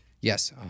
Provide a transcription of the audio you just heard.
Yes